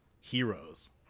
heroes